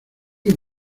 que